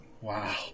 Wow